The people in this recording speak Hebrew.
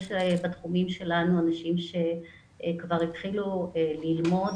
יש בתחומים שלנו אנשים שכבר התחילו ללמוד